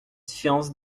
différence